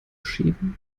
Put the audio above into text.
schieben